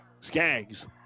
Skaggs